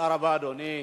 תודה רבה, אדוני,